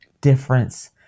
difference